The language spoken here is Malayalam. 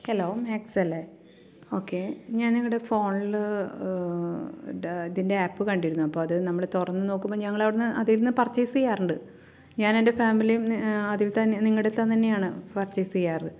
ഹലോ മാക്സ് അല്ലേ ഓക്കെ ഞാൻ നിങ്ങളുടെ ഫോണിൽ ഇതിൻ്റെ ആപ് കണ്ടിരുന്നു അപ്പോൾ നമ്മളത് തുറന്ന് നോക്കുമ്പോൾ ഞങ്ങളവിടെനിന്ന് അതിൽനിന്ന് പർച്ചെയ്സ് ചെയ്യാറുണ്ട് ഞാനെൻ്റെ ഫാമിലിയും അതിൽത്തന്നെ നിങ്ങളുടെ അടുത്തുനിന്ന് തന്നെയാണ് പർച്ചെയ്സ് ചെയ്യാറ്